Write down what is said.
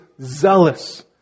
zealous